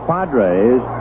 Padres